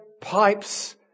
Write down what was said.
pipes